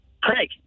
Craig